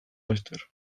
laster